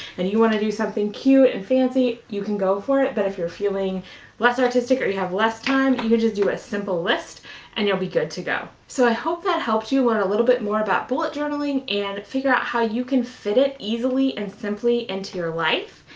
and you you wanna do something cute and fancy, you can go for it, but if you're feeling less artistic or you have less time, you can just do a simple list and you'll be good to go. so i hope that helps you learn a little bit more about bullet journaling and figure out how you can fit it easily and simply into your life.